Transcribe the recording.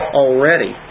already